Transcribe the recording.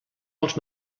els